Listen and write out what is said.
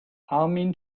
armin